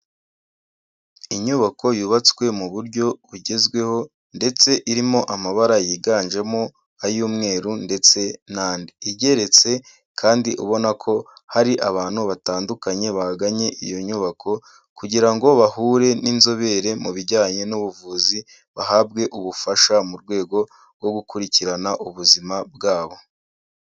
Inyubako yubatswe mu buryo bugezweho ndetse irimo amabara yiganjemo ay'umweru ndetse n'andi. Igeretse kandi ubona ko hari abantu batandukanye baganye iyo nyubako, kugira ngo bahure n'inzobere mu bijyanye n'ubuvuzi, bahabwe ubufasha mu rwego rwo gukurikirana ubuzima bwabo.